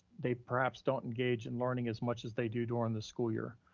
they perhaps don't engage in learning as much as they do during the school year.